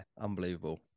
unbelievable